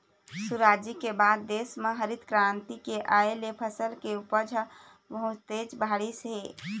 सुराजी के बाद देश म हरित करांति के आए ले फसल के उपज ह बहुतेच बाढ़िस हे